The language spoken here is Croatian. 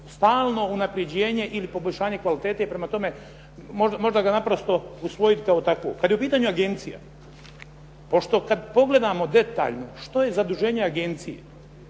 stalno unaprjeđenje ili poboljšanje kvalitete. Prema tome, možda ga naprosto usvojiti kao takvog. Kada je u pitanju agencija, pošto, kada pogledamo detaljno što je zaduženje agencije,